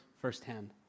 firsthand